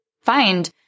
find